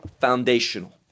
foundational